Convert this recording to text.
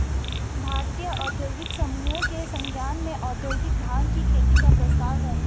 भारतीय औद्योगिक समूहों के संज्ञान में औद्योगिक भाँग की खेती का प्रस्ताव है